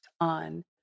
on